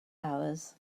hours